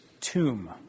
tomb